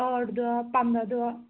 ٲٹھ دٔہ پنٛداہ دٔہ